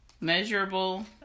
Measurable